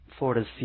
Florida's